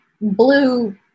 blue